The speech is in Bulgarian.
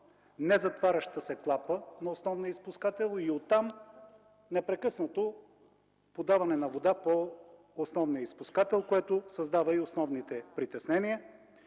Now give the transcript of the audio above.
незатваряща се клапа на основния изпускател и оттам непрекъснато подаване на вода по основния изпускател, което създава и основните притеснения.